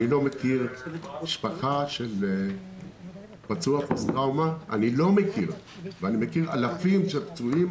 אני לא מכיר משפחה של פצוע פוסט טראומה ואני מכיר אלפי פצועים